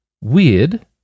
Weird